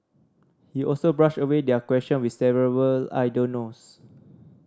he also brushed away their question with several I don't knows